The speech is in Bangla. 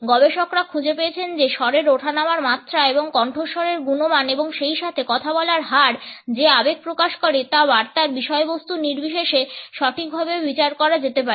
গবেষকরা খুঁজে পেয়েছেন যে স্বরের ওঠানামার মাত্রা এবং কণ্ঠস্বরের গুণমান এবং সেই সাথে কথা বলার হার যে আবেগ প্রকাশ করে তা বার্তার বিষয়বস্তু নির্বিশেষে সঠিকভাবে বিচার করা যেতে পারে